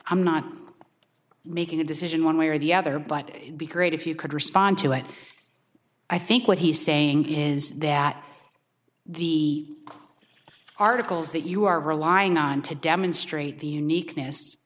i'm not making a decision one way or the other but be great if you could respond to what i think what he's saying is that the articles that you are relying on to demonstrate the uniqueness